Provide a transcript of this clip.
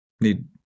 Need